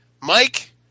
Mike